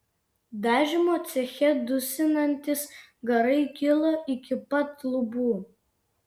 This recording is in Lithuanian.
dažymo ceche dusinantys garai kilo iki pat lubų